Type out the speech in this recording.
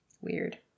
Weird